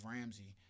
Ramsey